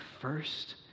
first